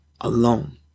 alone